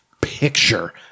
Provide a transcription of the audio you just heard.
picture